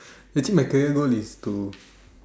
actually my career goal is to